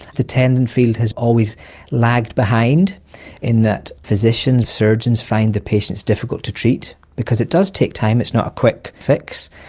the tendon field has always lagged behind in that physicians, surgeons find the patients difficult to treat because it does take time, it's not a quick fix.